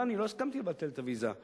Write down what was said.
אני לא הסכמתי לבטל את הוויזה לרוסיה.